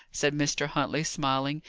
said mr. huntley, smiling,